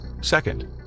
Second